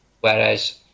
whereas